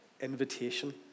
invitation